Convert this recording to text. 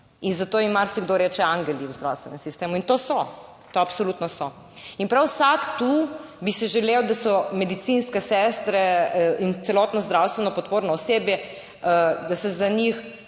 In zato jim marsikdo reče angeli v zdravstvenem sistemu. In to so, to absolutno so. In prav vsak tu bi si želel, da so medicinske sestre in celotno zdravstveno podporno osebje, da se za njih